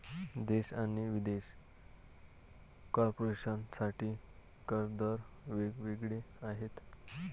देशी आणि विदेशी कॉर्पोरेशन साठी कर दर वेग वेगळे आहेत